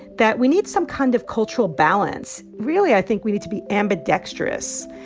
that we need some kind of cultural balance. really, i think we need to be ambidextrous,